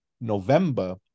November